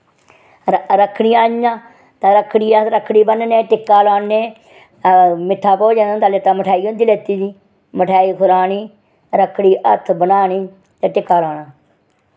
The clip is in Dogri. र रक्खड़ी आई गेइयां ते रक्खक्ड़ी अस रक्खड़ी ब'न्नने टिक्का लोआन्ने मिट्ठा भोजन होंदा लैता मठेआई होंदी लैती दी मठेआई खलानी रक्खड़ी हत्थ बनाह्नी ते टिक्का लाना